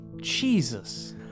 Jesus